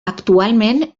actualment